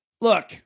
Look